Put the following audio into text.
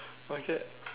okay